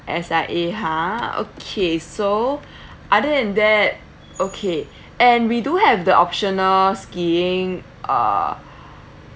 S_I_A ha okay so other than that okay and we do have the optional skiing uh